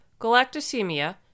galactosemia